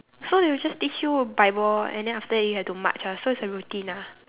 so they will just teach you bible and then after that you have to march ah so it's a routine ah